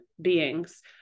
beings